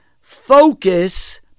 Focus